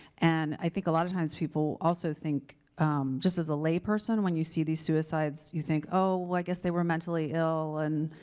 and i think, a lot of times, people also think just as a layperson when you see these suicides, you think, oh, well, i guess they were mentally ill, and,